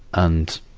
and,